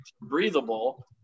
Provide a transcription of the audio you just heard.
breathable